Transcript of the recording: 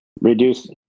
Reduce